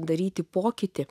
daryti pokytį